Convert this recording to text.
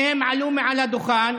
שניהם עלו ומעל הדוכן